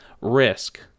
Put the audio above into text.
risk